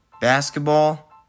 Basketball